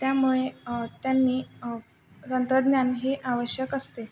त्यामुळे त्यांनी तंत्रज्ञान हे आवश्यक असते